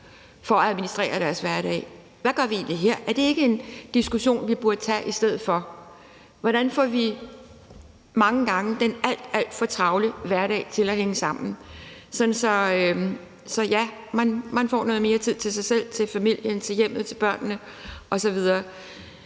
for at administrere deres hverdag. Hvad gør vi egentlig her? Er det ikke en diskussion, vi burde tage i stedet for? Hvordan får vi den mange gange alt, alt for travle hverdag til at hænge sammen, sådan at man får noget mere tid til sig selv, til familien, til hjemmet, til børnene osv.?